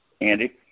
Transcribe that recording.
Andy